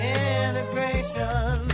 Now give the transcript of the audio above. integration